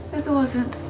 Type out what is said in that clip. it wasn't.